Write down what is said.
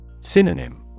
Synonym